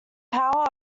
power